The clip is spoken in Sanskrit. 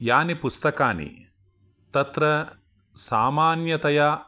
यानि पुस्तकानि तत्र सामान्यतया